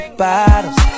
bottles